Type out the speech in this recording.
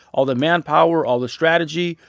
all the manpower, all the strategy,